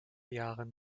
jahren